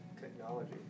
Technology